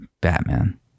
Batman